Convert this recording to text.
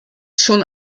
schon